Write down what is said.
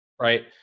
Right